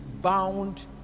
Bound